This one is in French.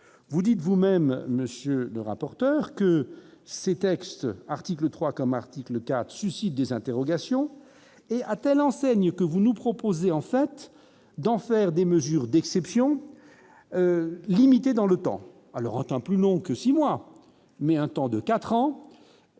vous dites vous-même, monsieur le rapporteur, que ces textes, article 3 comme article 4 suscite des interrogations et à telle enseigne que vous nous proposez en fait d'en faire des mesures d'exception limitée dans le temps alors temps plus long que 6 mois, mais un temps de 4 ans.